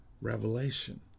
revelation